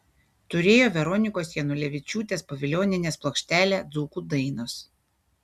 turėjo veronikos janulevičiūtės povilionienės plokštelę dzūkų dainos